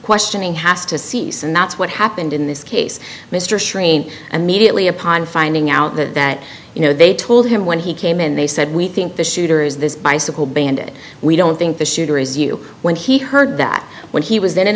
questioning has to cease and that's what happened in this case mr shereen immediately upon finding out that that you know they told him when he came in they said we think the shooter is this bicycle bandit we don't think the shooter is you when he heard that when he was then an